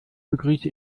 begrüße